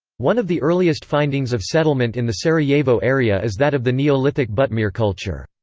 one of the earliest findings of settlement in the sarajevo area is that of the neolithic butmir culture.